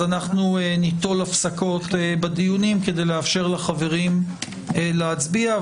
אנחנו ניטול הפסקות בדיונים כדי לאפשר לחברים להצביע.